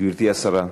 גברתי השרה,